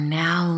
now